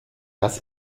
das